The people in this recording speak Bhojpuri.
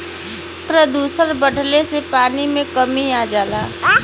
प्रदुषण बढ़ले से पानी में कमी आ जाला